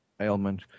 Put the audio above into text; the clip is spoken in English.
ailment